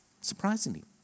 Surprisingly